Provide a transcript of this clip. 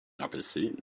apelsin